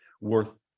worth